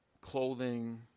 Clothing